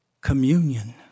communion